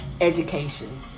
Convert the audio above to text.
education